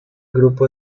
grupo